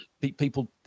people